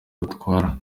batwara